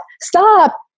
stop